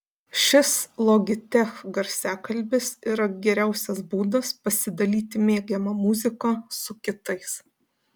šis logitech garsiakalbis yra geriausias būdas pasidalyti mėgiama muzika su kitais